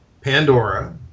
Pandora